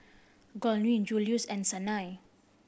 Gwyn Juluis and Sanai